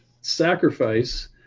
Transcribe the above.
sacrifice